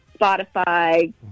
Spotify